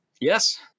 Yes